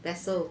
vessel